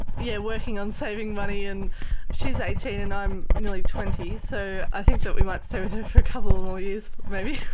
yeah working on saving money. and she's eighteen and i'm nearly twenty, so i think that we might stay with her for a couple more years maybe.